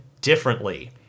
differently